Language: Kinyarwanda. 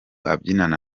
abyinana